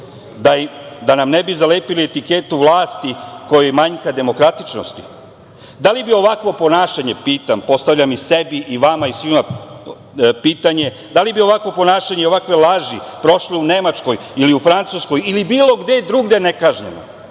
da nam ne bi zalepili etiketu vlasti, koji manjka demokratičnosti. Da li bi ovakvo ponašanje, pitam i postavljam i sebi i vama i svima pitanje, ovakvo ponašanje i ovakve laži prošle u Nemačkoj ili Francuskoj ili bilo gde drugde